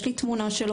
יש לי תמונה שלו.